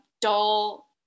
Dull